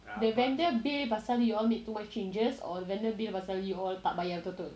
the vendor bail pasal you all make too much changes or the vendor bail pasal you all tak bayar betul-betul